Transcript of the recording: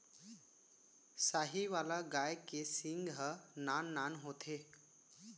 साहीवाल गाय के सींग ह नान नान होथे